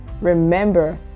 remember